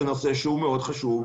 זה נושא מאוד חשוב,